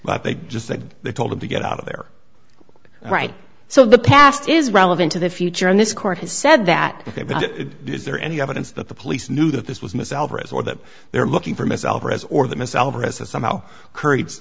but they just said they told him to get out of there right so the past is relevant to the future and this court has said that is there any evidence that the police knew that this was miss alvarez or that they're looking for miss alvarez or that miss alvarez is somehow c